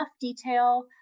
detail